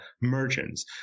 merchants